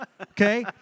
okay